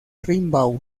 rimbaud